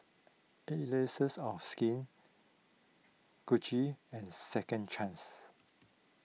Allies of Skin Gucci and Second Chance